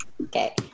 Okay